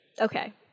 Okay